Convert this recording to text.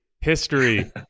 History